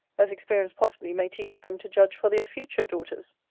as experience possibly may teach them to judge for their future daughters.